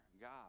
God